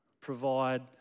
provide